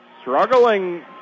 struggling